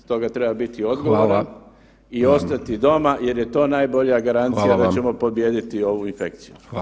Stoga treba biti odgovoran [[Upadica: Hvala]] i ostati doma jer je to najbolja garancija [[Upadica: Hvala vam]] da ćemo pobijediti ovu infekciju.